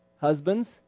Husbands